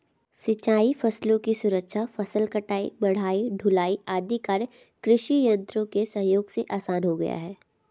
सिंचाई फसलों की सुरक्षा, फसल कटाई, मढ़ाई, ढुलाई आदि कार्य कृषि यन्त्रों के सहयोग से आसान हो गया है